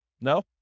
No